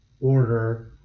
order